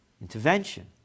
intervention